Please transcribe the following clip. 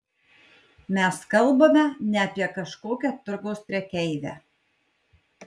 mes kalbame ne apie kažkokią turgaus prekeivę